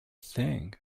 thing